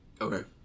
Okay